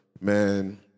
Man